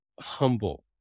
humble